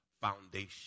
foundation